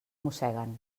mosseguen